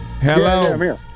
Hello